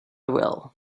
will